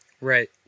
Right